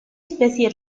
especie